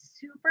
super